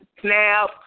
SNAP